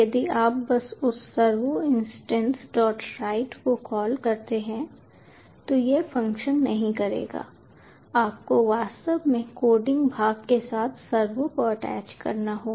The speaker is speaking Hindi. यदि आप बस उस Servoinstancewrite को कॉल करते हैं तो यह फ़ंक्शन नहीं करेगा आपको वास्तव में कोडिंग भाग के साथ सर्वो को अटैच करना होगा